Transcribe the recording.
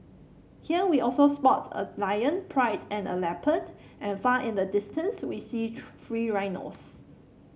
here we also spots a lion pride and a leopard and far in the distance we see free rhinos